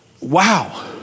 Wow